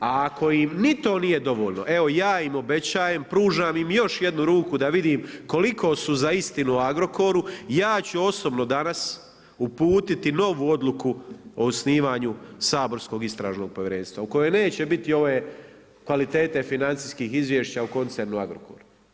A ako im ni to nije dovoljno, evo ja im obećajem, pružam im još jednu ruku da vidim koliko su za istinu o Agrokoru, ja ću osobno danas uputiti novu odluku o osnivanju saborskog istražnog povjerenstva u kojoj neće biti ove kvalitete financijskih izvješća u koncernu Agrokor.